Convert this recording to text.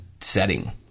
setting